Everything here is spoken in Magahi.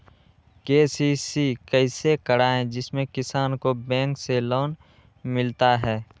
के.सी.सी कैसे कराये जिसमे किसान को बैंक से लोन मिलता है?